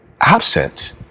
absent